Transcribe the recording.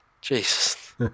Jesus